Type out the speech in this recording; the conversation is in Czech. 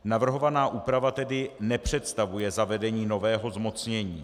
Navrhovaná úprava tedy nepředstavuje zavedení nového zmocnění.